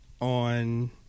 on